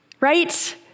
right